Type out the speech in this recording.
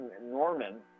Norman